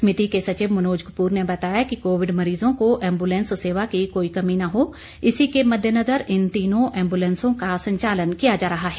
समिति के सचिव मनोज कपूर ने बताया कि कोविड मरीजों को एम्बुलेंस सेवा की कोई कमी न हो इसी के मददेनजर इन तीनों एम्बुलेंसों का संचालन किया जा रहा है